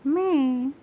میں